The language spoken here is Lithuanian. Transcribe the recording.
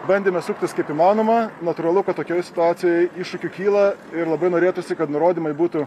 bandėme suktis kaip įmanoma natūralu kad tokioj situacijoj iššūkių kyla ir labai norėtųsi kad nurodymai būtų